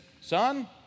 son